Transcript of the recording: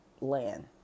land